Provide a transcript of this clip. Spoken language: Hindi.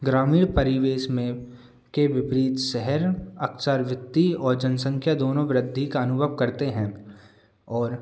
ग्रामीण परिवेश में के विपरीत शहर अक्सर वित्तीय और जनसंख्या दोनों वृद्धि का अनुभव करते हैं और